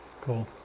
Cool